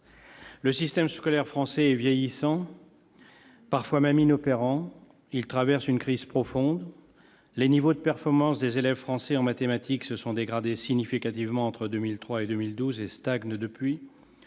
Le système scolaire français est vieillissant, parfois même inopérant. Il traverse une crise profonde. Ainsi, les niveaux de performance des élèves français en mathématiques se sont dégradés de manière importante entre 2003 et 2012 et stagnent depuis